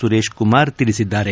ಸುರೇಶ್ ಕುಮಾರ್ ತಿಳಿಸಿದ್ದಾರೆ